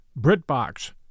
BritBox